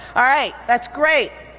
all right, that's great.